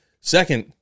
Second